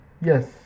yes